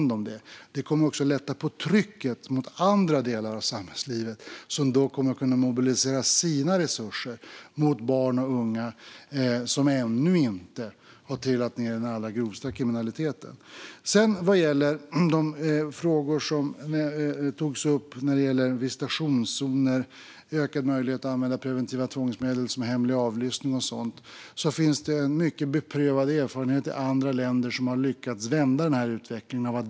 Det kommer också att lätta på trycket gentemot andra delar av samhällslivet, som då kommer att kunna mobilisera sina resurser för barn och unga som ännu inte har trillat ned i den allra grövsta kriminaliteten. När det gäller de frågor som togs upp om visitationszoner och ökad möjlighet att använda preventiva tvångsmedel som hemlig avlyssning och sådant finns det mycket beprövad erfarenhet i andra länder som har lyckats vända utvecklingen.